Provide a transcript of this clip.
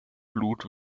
blut